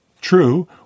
True